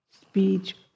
speech